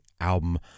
album